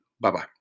Bye-bye